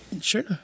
Sure